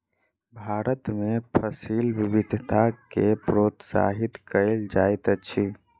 भारत में फसिल विविधता के प्रोत्साहित कयल जाइत अछि